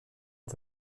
est